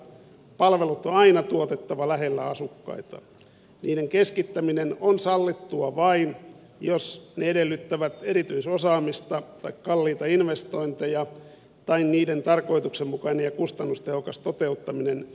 palvelut on aina tuotettava lähelle asukkaita ja niiden keskittäminen on sallittua vain jos ne edellyttävät erityisosaamista tai kalliita investointeja tai niiden tarkoituksenmukainen ja kustannustehokas toteuttaminen edellyttävät sitä